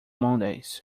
mondays